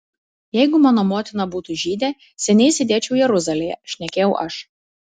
jeigu mano motina būtų žydė seniai sėdėčiau jeruzalėje šnekėjau aš